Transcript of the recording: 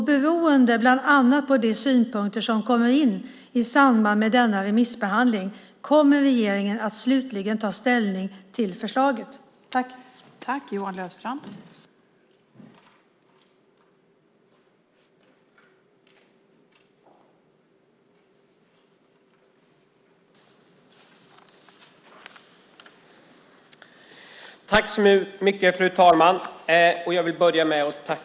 Beroende bland annat på de synpunkter som kommer in i samband med denna remissbehandling kommer regeringen att slutligen ta ställning till förslaget. Då Carina Moberg, som framställt interpellationen, anmält att hon var förhindrad att närvara vid sammanträdet medgav tredje vice talmannen att Johan Löfstrand i stället fick delta i överläggningen.